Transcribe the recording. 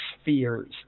spheres